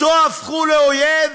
אותו הפכו לאויב?